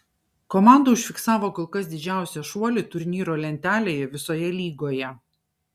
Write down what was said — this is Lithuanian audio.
komanda užfiksavo kol kas didžiausią šuolį turnyro lentelėje visoje lygoje